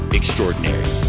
extraordinary